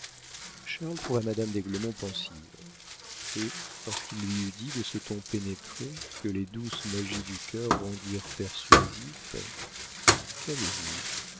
charles trouva madame d'aiglemont pensive et lorsqu'il lui eut dit de ce ton pénétré que les douces magies du cœur rendirent persuasif qu'avez-vous